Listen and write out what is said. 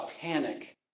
panic